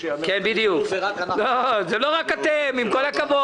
רוב נגד, נמנעים, בקשה